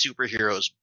superheroes